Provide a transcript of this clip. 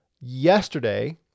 yesterday